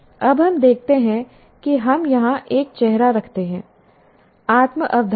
अब हम देखते हैं कि हम यहां एक चेहरा रखते हैं आत्म अवधारणा